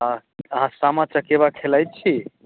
आ अहाँ समां चकेबा खेलाइ छी